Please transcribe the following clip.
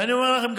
ואני אומר לכם,